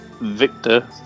victor